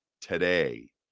today